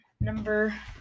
Number